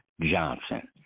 Johnson